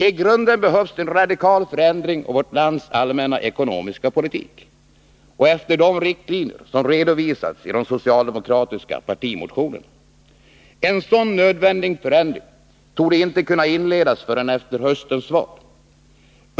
I grunden behövs en radikal förändring av vårt lands allmänna ekonomiska politik efter de riktlinjer som redovisats i de socialdemokratiska partimotionerna. En sådan nödvändig förändring torde inte kunna inledas förrän efter höstens val.